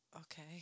Okay